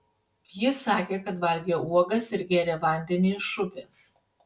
ji sakė kad valgė uogas ir gėrė vandenį iš upės